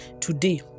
Today